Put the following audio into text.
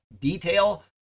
detail